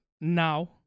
now